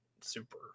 super